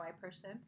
person